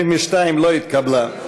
22 לא התקבלה.